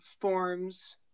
forms